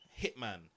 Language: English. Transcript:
Hitman